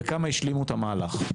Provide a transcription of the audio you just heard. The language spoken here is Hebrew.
וכמה השלימו את המהלך.